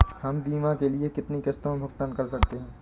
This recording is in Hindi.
हम बीमा के लिए कितनी किश्तों में भुगतान कर सकते हैं?